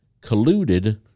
colluded